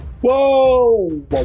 Whoa